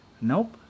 Nope